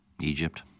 Egypt